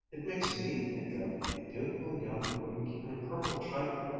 it makes me think of a beautiful young greek, in a purple chiton,